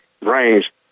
range